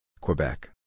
Quebec